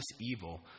evil